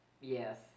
Yes